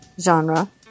genre